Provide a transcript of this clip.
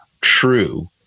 true